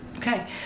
Okay